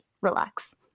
relax